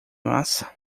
massa